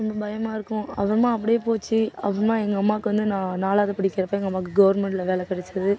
இது பயமாக இருக்கும் அது வந்து அப்படியே போச்சு அப்புறமா எங்கள் அம்மாக்கு வந்து நான் நாலாவது படிக்கிறப்போ எங்கள் அம்மாக்கு கவுர்மெண்ட்டில் வேலை கெடைச்சுது